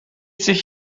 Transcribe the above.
sich